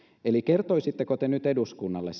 eli kertoisitteko te nyt eduskunnalle